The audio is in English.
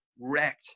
wrecked